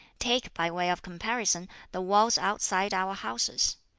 take by way of comparison the walls outside our houses.